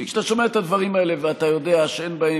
כי כשאתה שומע את הדברים האלה ואתה יודע שאין בהם